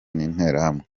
n’interahamwe